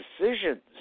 decisions